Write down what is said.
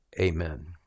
Amen